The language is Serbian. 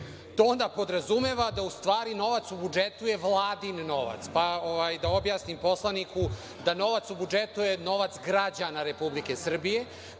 To onda podrazumeva da u stvari novac u budžetu je Vladin novac. Pa, da objasnim poslaniku da je novac u budžetu novac građana Republike Srbije,